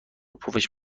پفش